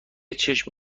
چشم